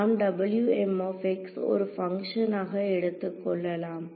நாம் ஒரு பங்க்ஷன் ஆக எடுத்துக் கொள்ளலாம்